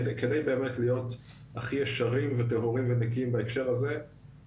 כדי באמת להיות הכי ישרים וטהורים ונקיים בהקשר הזה,